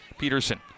Peterson